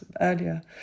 earlier